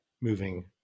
moving